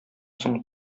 соң